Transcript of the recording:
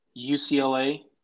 UCLA